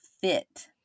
fit